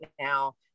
now